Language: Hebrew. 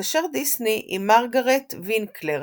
- התקשר דיסני עם מרגרט וינקלר,